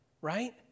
right